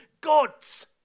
God's